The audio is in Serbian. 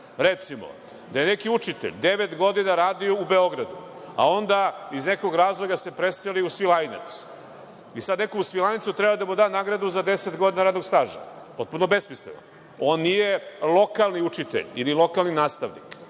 recimo, da je neki učitelj devet godina radio u Beogradu, a onda iz nekog razloga se preseli u Svilajnac i sad neko u Svilajncu treba da mu da nagradu za 10 godina radnog staža. Potpuno besmisleno. On nije lokalni učitelj ili lokalni nastavnik,